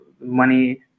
money